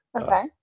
Okay